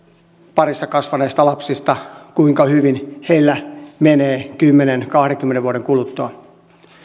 parissa kasvaneista lapsista kuinka hyvin heillä menee kymmenen viiva kahdenkymmenen vuoden kuluttua